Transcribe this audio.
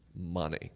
money